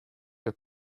your